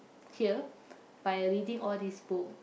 here by reading all these book